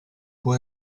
può